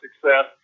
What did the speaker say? success